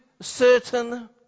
certain